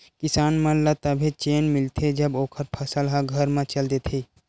किसान मन ल तभे चेन मिलथे जब ओखर फसल ह घर म चल देथे